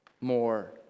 more